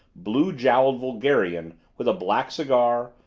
blue-jowled vulgarian with a black cigar,